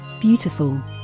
beautiful